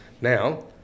Now